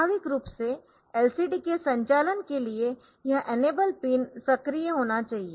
स्वाभाविक रूप से LCD के संचालन के लिए यह इनेबल पिन सक्रिय होना चाहिए